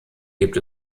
gibt